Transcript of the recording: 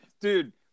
dude –